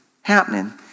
happening